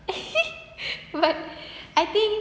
but I think